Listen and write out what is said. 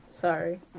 Sorry